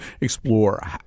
explore